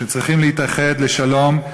שצריכים להתאחד לשלום,